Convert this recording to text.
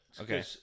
okay